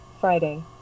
Friday